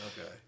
Okay